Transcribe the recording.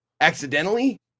accidentally